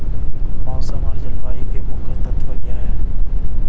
मौसम और जलवायु के मुख्य तत्व क्या हैं?